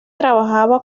trabajaba